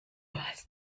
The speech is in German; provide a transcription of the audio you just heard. hast